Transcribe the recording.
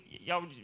y'all